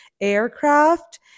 aircraft